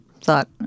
thought